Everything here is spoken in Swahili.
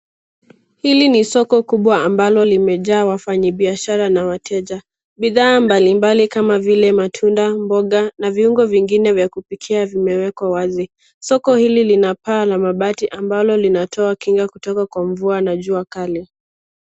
Hili ni soko kubwa ambalo limejaa wafanyibiashara na wateja. Bidhaa mbalimbali kama vile matunda, mboga na viungo vingine vya kupikia vimewekwa wazi. Soko hili lina paa la mabati ambalo linatoa kinga kutoka kwa mvua na jua kali.